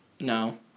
No